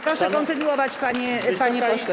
Proszę kontynuować, panie pośle.